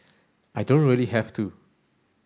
I don't really have to